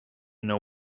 know